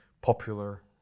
popular